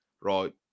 right